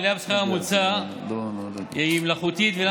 העלייה בשכר הממוצע היא מלאכותית ואינה